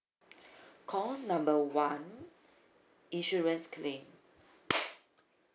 call number one insurance claim